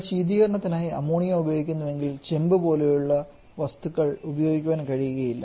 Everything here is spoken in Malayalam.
അതിനാൽ ശീതീകരണത്തിനായി അമോണിയ ഉപയോഗിക്കുന്നുവെങ്കിൽ ചെമ്പ് പോലുള്ള വസ്തുക്കൾ ഉപയോഗിക്കാൻ കഴിയില്ല